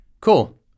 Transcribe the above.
cool